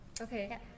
Okay